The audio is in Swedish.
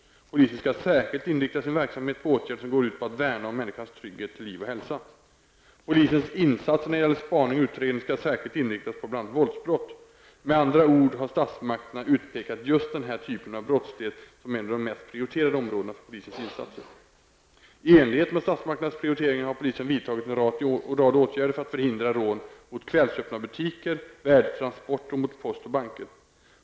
Polisen skall särskilt inrikta sin verksamhet på åtgärder som går ut på att värna om människans trygghet till liv och hälsa. Polisens insatser när det gäller spaning och utredning skall särskilt inriktas på bl.a. våldsbrott. Med andra ord har statsmakterna utpekat just den här typen av brottslighet som ett av de mest prioriterade områdena för polisens insatser. I enlighet med statsmakternas prioriteringar har polisen vidtagit en rad åtgärder för att förhindra rån mot kvällsöppna butiker, mot värdetransporter och mot post och banker.